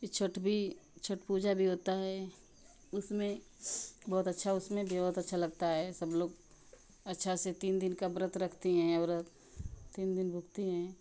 फिर छठ भी छठ पूजा भी होता है उसमें बहुत अच्छा उसमें भी बहुत अच्छा लगता है सब लोग अच्छा से तीन दिन का व्रत रखती हैं औरत तीन दिन भूखती हैं